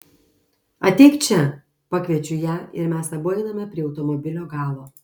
ateik čia pakviečiu ją ir mes abu einame prie automobilio galo